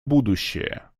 будущее